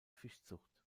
fischzucht